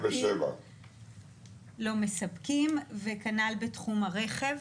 זה של 2007. כנ"ל בתחום הרכב.